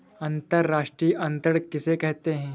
अंतर्राष्ट्रीय अंतरण किसे कहते हैं?